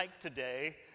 today